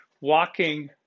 walking